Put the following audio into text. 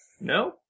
No